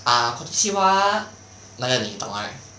ah 那个你懂 right